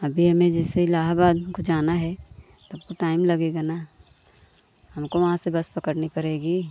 अभी हमें जैसे इलाहाबाद हमको जाना है तो अपको टाइम लगेगा ना हमको वहाँ से बस पकड़नी पड़ेगी